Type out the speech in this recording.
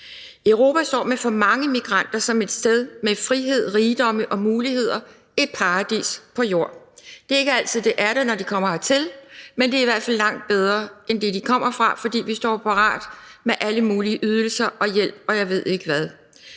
Europa står for mange migranter som et sted med frihed, rigdomme og muligheder, et paradis på Jord. Det er ikke altid, det er det, når de kommer hertil, men det er i hvert fald langt bedre end det, de kommer fra, fordi vi står parat med alle mulige ydelser og hjælp, og jeg ved ikke hvad.